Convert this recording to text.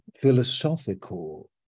Philosophical